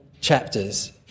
chapters